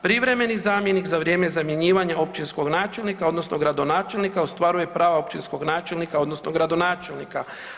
Privremeni zamjenik za vrijeme zamjenjivanja općinskog načelnika odnosno gradonačelnika ostvaruje prava općinskog načelnika odnosno gradonačelnika.